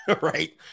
Right